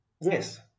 yes